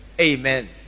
amen